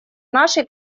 нашей